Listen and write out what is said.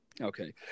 Okay